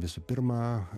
visų pirma